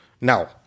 Now